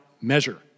measure